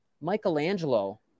Michelangelo